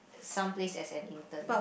some place as an intern